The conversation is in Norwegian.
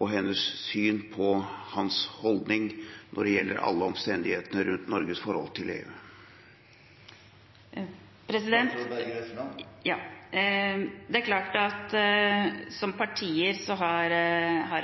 og hennes syn på hans holdning når det gjelder alle omstendighetene rundt Norges forhold til EU. Det er klart at som partier har